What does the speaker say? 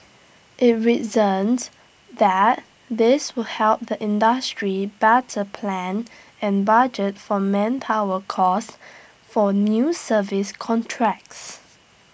IT reasoned that this would help the industry better plan and budget for manpower costs for new service contracts